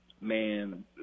Man